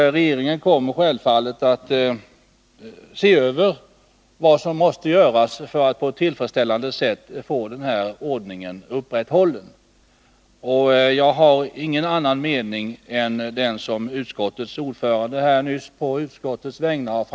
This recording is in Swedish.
Regeringen kommer att se över vad som måste göras för att på ett tillfredsställande sätt få ordningen upprätthållen. Jag har ingen annan mening än den som utskottets ordförande framförde nyss på utskottets vägnar.